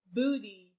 booty